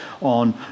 on